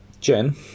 Jen